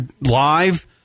live